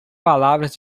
palavras